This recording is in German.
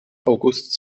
august